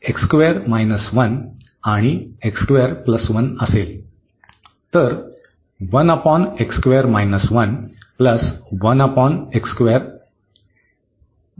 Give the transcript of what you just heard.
तर हे आणि असेल तर